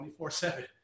24-7